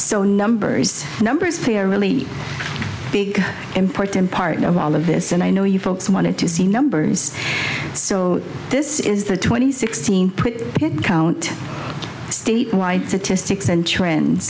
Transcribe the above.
so numbers numbers three are really big important part of all of this and i know you folks wanted to see numbers so this is the twenty sixteenth count statewide statistics and trend